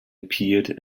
appeared